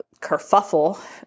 kerfuffle